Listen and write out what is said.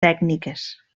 tècniques